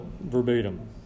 verbatim